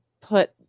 put